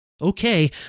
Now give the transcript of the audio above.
Okay